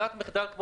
רוב הלקוחות לא